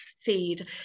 feed